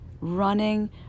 running